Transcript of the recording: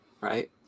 right